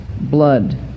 blood